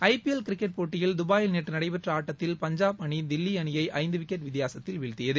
ஐ P L cricket போட்டியில் துபாயில் நேற்று நடைபெற்ற ஆட்டத்தில் பஞ்சாப் அணி தில்லி அணியை ஐந்து விக்கெட் வித்தியாசத்தில் வீழ்த்தியது